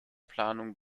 planung